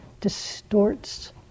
distorts